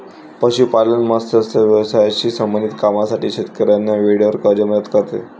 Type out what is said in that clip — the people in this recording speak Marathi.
पशुपालन, मत्स्य व्यवसायाशी संबंधित कामांसाठी शेतकऱ्यांना वेळेवर कर्ज मदत करते